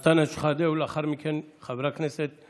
היום כל מי שמצביע בעד הצעת החוק שמונחת לפנינו,